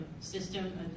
system